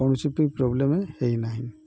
କୌଣସି ବି ପ୍ରୋବ୍ଲେମ୍ ହେଇନାହିଁ